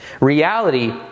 reality